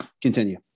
continue